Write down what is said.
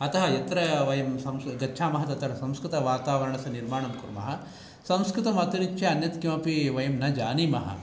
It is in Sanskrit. अतः यत्र वयं संस् गच्छामः तत्र संस्कृतवातावरणस्य निर्माणं कुर्मः संस्कृतमतिरिच्य अन्यत् किमपि वयं न जानीमः